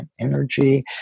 energy